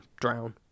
drown